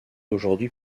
aujourd’hui